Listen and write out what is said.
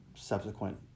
subsequent